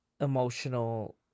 emotional